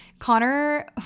Connor